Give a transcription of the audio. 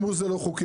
אמרו שזה לא חוקי,